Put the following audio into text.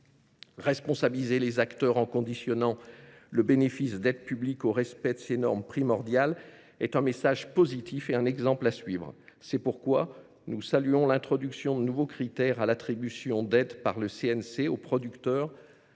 Responsabiliser les acteurs en conditionnant le bénéfice d’aides publiques au respect de ces normes primordiales est un message positif et un exemple à suivre. C’est pourquoi nous saluons l’instauration de nouveaux critères à l’attribution d’aides par le CNC aux producteurs